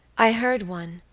i heard one,